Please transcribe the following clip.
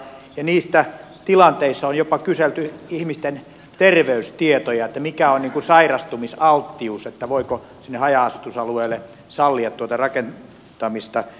niissä tilanteissa on jopa kyselty ihmisten terveystietoja mikä on sairastumisalttius että voiko sinne haja asutusalueelle sallia tuota rakentamista